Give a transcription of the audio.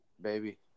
baby